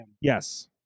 yes